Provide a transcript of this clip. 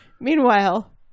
Meanwhile